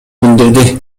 билдирди